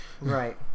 Right